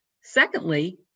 Secondly